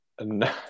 No